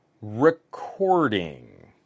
recording